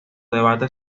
debate